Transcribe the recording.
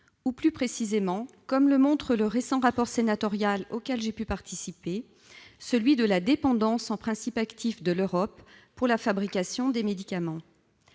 ou, plus précisément, comme le montre le récent rapport sénatorial auquel j'ai pu participer, celui de la dépendance en principes actifs de l'Europe pour la fabrication des médicaments.